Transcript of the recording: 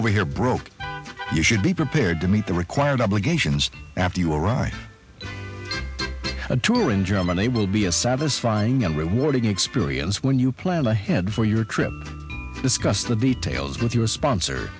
over here broke you should be prepared to meet the required obligations after you arrive a tour in germany will be a satisfying and rewarding experience when you plan ahead for your trip discuss the details with your sponsor